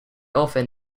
often